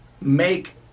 make